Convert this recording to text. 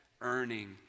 earning